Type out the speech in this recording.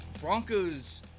Broncos